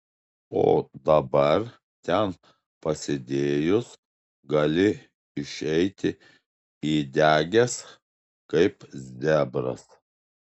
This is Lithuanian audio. o dabar ten pasėdėjus gali išeiti įdegęs kaip zebras